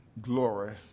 glory